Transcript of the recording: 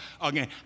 again